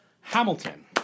Hamilton